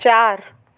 चार